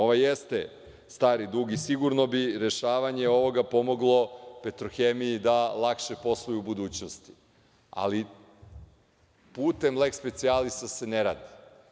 Ovo jeste stari dug i sigurno bi rešavanje ovog pomoglo „Petrohemiji“ da lakše posluje u budućnosti, ali putem leks specijalisa se ne radi.